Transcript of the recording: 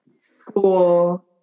school